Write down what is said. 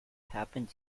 happened